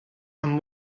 amb